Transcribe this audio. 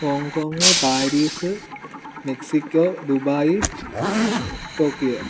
Hong Kong Paris Mexico Dubai Tokyo